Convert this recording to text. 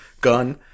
Gun